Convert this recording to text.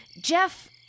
Jeff